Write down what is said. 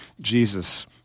Jesus